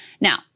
Now